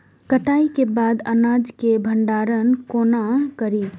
कटाई के बाद अनाज के भंडारण कोना करी?